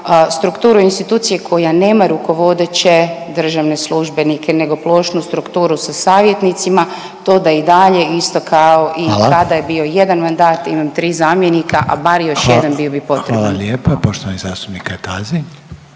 strukturu institucije koja nema rukovodeće državne službenike nego plošnu strukturu sa savjetnicima to da i dalje isto kao i kada …/Upadica Reiner: Hvala./… je bio jedan mandat, imam tri zamjenika, a bar još jedena bio bi potreban. **Reiner, Željko (HDZ)** Hvala